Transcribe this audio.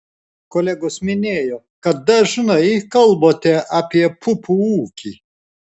kolegos minėjo kad dažnai kalbate apie pupų ūkį